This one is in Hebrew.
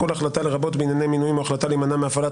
כל החלטה לרבות בענייני מינויים או החלטה להימנע מהפעלת